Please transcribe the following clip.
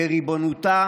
בריבונותה